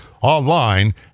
online